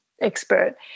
expert